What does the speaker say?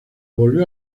volvió